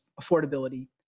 affordability